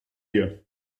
dir